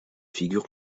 figure